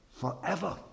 forever